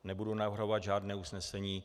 Nebudu navrhovat žádné usnesení.